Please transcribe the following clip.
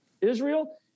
Israel